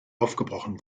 aufgebrochen